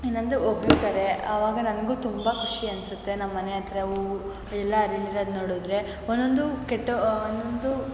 ಇನ್ನೊಂದು ಹೊಗಳ್ತಾರೆ ಆವಾಗ ನನ್ಗೂ ತುಂಬ ಖುಷಿ ಅನಿಸುತ್ತೆ ನಮ್ಮನೆಹತ್ರ ಊ ಎಲ್ಲರು ನೋಡಿದ್ರೆ ಒಂದೊಂದು ಕೆಟ್ಟ ಒಂದೊಂದೂ